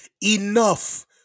Enough